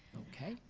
okay,